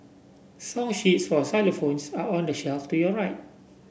song sheets for xylophones are on the shelf to your right